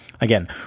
Again